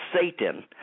Satan